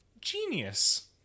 Genius